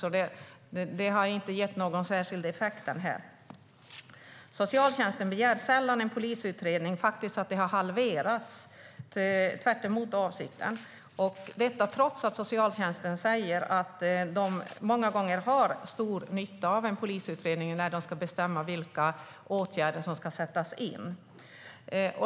Detta har alltså inte gett någon särskild effekt. Socialtjänsten begär sällan polisutredning. Antalet tillfällen har halverats, tvärtemot avsikten, trots att socialtjänsten säger att de många gånger har stor nytta av en polisutredning när de ska bestämma vilka åtgärder som ska sättas in.